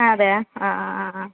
അതെയോ അ അ അ ആ